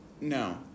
No